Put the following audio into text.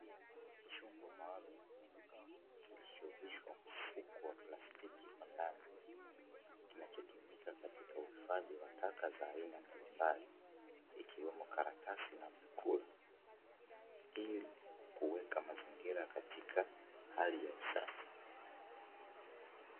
Chombo maalumu kilichovishwa mfuko wa plastiki kwa ndani, kinachotumika katika uhifadhi wa taka za aina mbalimbali ikiwemo karatasi na vyakula, ili kuweka mazingira katika hali ya usafi.